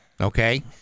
okay